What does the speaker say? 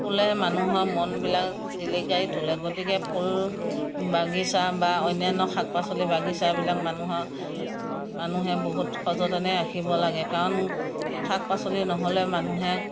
ফুলে মানুহৰ মনবিলাক জিলিকাই তুলে গতিকে ফুল বাগিচা বা অন্যান্য শাক পাচলিৰ বাগিচাবিলাক মানুহৰ মানুহে বহুত সযতনে ৰাখিব লাগে কাৰণ শাক পাচলি নহ'লে মানুহে